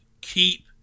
keep